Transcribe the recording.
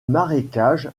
marécage